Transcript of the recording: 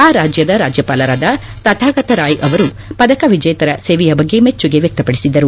ಆ ರಾಜ್ಯದ ರಾಜ್ಯಪಾಲರಾದ ತಥಾಗತ ರಾಯ್ ಅವರು ಪದಕ ವಿಜೇತರ ಸೇವೆಯ ಬಗ್ಗೆ ಮೆಚ್ಚುಗೆ ವ್ಯಕ್ತಪಡಿಸಿದರು